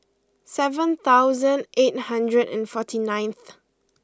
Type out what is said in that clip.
seven thousand eight hundred and forty ninth